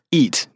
eat